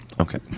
okay